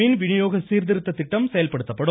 மின் விநியோக சீர்திருத்த திட்டம் செயல்படுத்தப்படும்